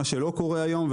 מה שלא קורה היום.